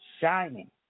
shining